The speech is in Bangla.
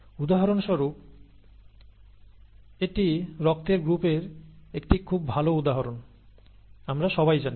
উদাহরণস্বরূপ এটি রক্তের গ্রুপের একটি খুব ভাল উদাহরণ আমরা সবাই জানি